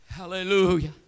Hallelujah